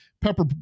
pepper